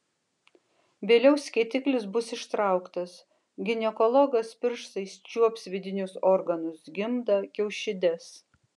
vėliau skėtiklis bus ištrauktas ginekologas pirštais čiuops vidinius organus gimdą kiaušides